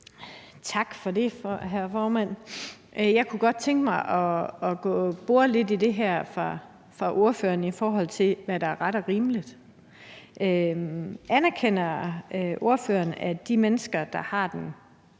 Tak for det, hr. formand. Jeg kunne godt tænke mig at bore lidt i det her fra ordføreren, i forhold til hvad der er ret og rimeligt. Anerkender ordføreren, at de mennesker, der har de